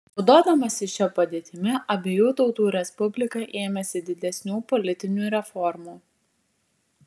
naudodamasi šia padėtimi abiejų tautų respublika ėmėsi didesnių politinių reformų